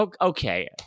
Okay